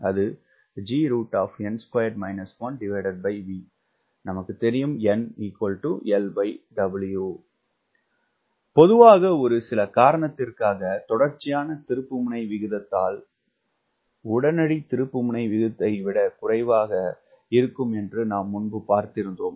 இங்கு n என்பது n LW பொதுவாக ஒரு சில காரணத்திற்காக தொடர்ச்சியான திருப்புமுனை விகிதங்கள் காரணத்திற்காக உடனடி திருப்புமுனை விகிதத்தை விட குறைவாக இருக்கும் என்று நாம் முன்பு பார்த்தோம்